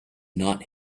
not